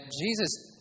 Jesus